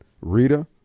Rita